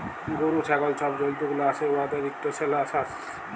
গরু, ছাগল ছব জল্তুগুলা আসে উয়াদের ইকট সেলসাস